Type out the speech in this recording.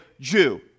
Jew